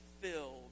filled